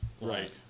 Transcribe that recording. Right